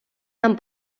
нам